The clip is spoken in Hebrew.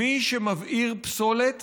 מי שמבעיר פסולת